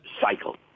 cycle